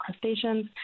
crustaceans